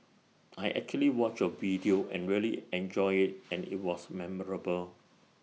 I actually watched your video and really enjoyed and IT was memorable